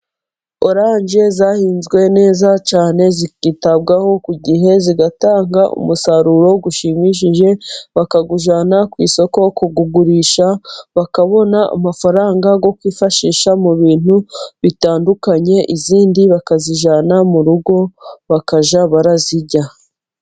Oranje zahinzwe neza cyane zikitabwaho ku gihe zigatanga umusaruro ushimishije, bakawujyana ku isoko kuwugurisha bakabona amafaranga yo kwifashisha mu bintu bitandukanye, izindi bakazijyana mu rugo bakajya barazirya.